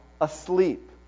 asleep